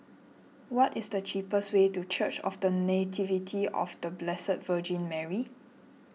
what is the cheapest way to Church of the Nativity of the Blessed Virgin Mary